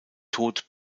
tod